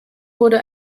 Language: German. wurde